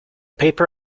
paper